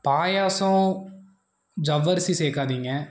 பாயாசம் ஜவ்வரிசி சேர்க்காதீங்க